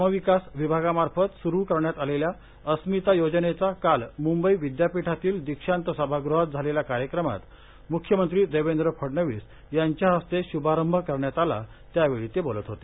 ग्रामविकास विभागामार्फत सुरू करण्यात आलेल्या अस्मिता योजनेचा काल मुंबई विद्यापीठातील दीक्षांत सभागृहात झालेल्या कार्यक्रमात मुख्यमंत्री देवेंद्र फडणवीस यांच्या हस्ते शूभारंभ करण्यात आला त्यावेळी ते बोलत होते